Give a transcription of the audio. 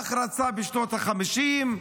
כך רצה בשנות החמישים,